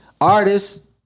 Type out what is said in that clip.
artists